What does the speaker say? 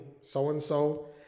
so-and-so